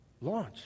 Launch